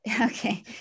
okay